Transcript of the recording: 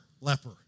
leper